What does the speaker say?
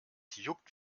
juckt